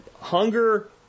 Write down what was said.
Hunger